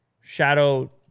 Shadow